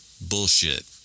bullshit